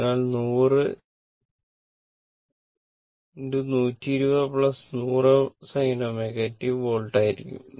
അതിനാൽ 100 120 100 sin ω t volt ആയിരിക്കും